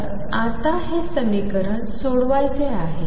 तर आता हे समीकरण सोडवायचे आहे